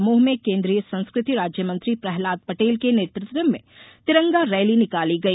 दमोह में केन्द्रीय संस्कृति राज्य मंत्री प्रहलाद पटेल के नेतृत्व में तिरंगा रैली निकाली गई